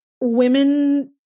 women